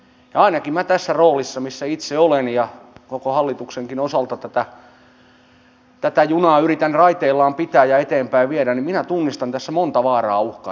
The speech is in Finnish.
ainakin minä tässä roolissa missä itse olen ja koko hallituksenkin osalta tätä junaa yritän raiteillaan pitää ja eteenpäin viedä ja tunnistan tässä monta vaaraa uhkaa ja riskiä